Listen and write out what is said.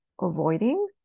avoiding